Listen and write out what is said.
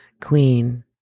Queen